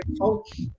coach